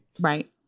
Right